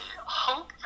hope